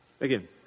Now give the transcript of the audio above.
Again